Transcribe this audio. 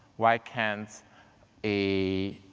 why can't a